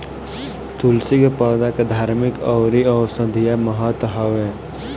तुलसी के पौधा के धार्मिक अउरी औषधीय महत्व हवे